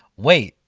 wait,